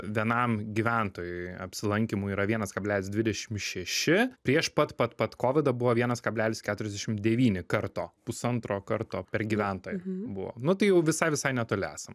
vienam gyventojui apsilankymui yra vienas kablelis dvidešim šeši prieš pat pat pat kovidą buvo vienas kablelis keturiasdešim devyni karto pusantro karto per gyventoją buvo nu tai jau visai visai netoli esam